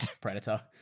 predator